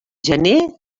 gener